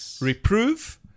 reprove